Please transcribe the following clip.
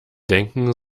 denken